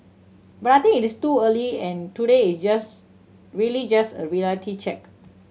but I think it is too early and today is just really just a reality check